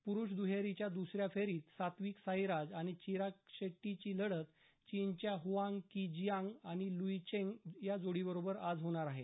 पुरुष दुहेरीच्या दुसर्या फेरीत सात्तिवक साईराज आणि चिराग शेट्टी ची लढत चीनच्या ह्युआंग की जिआंग आणि लुई चेंग बरोबर आज होणार आहे